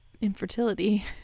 infertility